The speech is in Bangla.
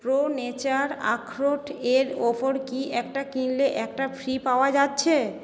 প্রো নেচার আখরোট এর ওপর কি একটা কিনলে একটা ফ্রি পাওয়া যাচ্ছে